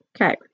okay